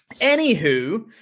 Anywho